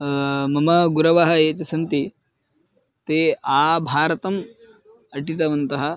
मम गुरवः ये च सन्ति ते आभारतम् अटितवन्तः